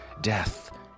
death